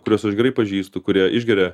kuriuos už gerai pažįstu kurie išgeria